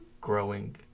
growing